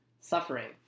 suffering